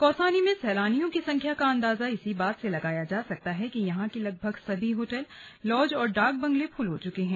कौसानी में सैलानियों की संख्या का अंदाजा इसी बात से लगाया जा सकता है कि यहां के लगभग सभी होटल लॉज और डाक बंगले फुल हो चुके हैं